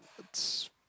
it's